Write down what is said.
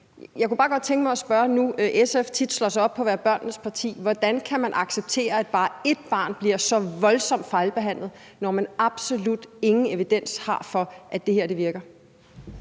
jeg kunne bare godt tænke mig at spørge: Hvordan kan man acceptere, at bare ét barn bliver så voldsomt fejlbehandlet, når der absolut ingen evidens er for, at det her virker?